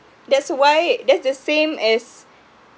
that's why that's the same as